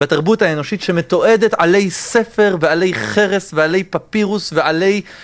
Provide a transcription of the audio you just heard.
בתרבות האנושית שמתועדת עלי ספר ועלי חרס ועלי פפירוס ועלי...